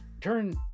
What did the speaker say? turn